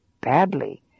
badly